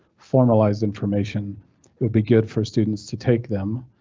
formalized information it will be good for students to take them